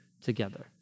together